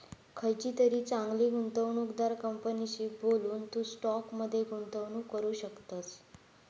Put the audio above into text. खयचीतरी चांगली गुंवणूकदार कंपनीशी बोलून, तू स्टॉक मध्ये गुंतवणूक करू शकतस